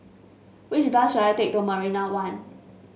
which bus should I take to Marina One